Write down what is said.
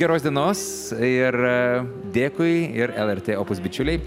geros dienos ir dėkui ir lrt opus bičiuliai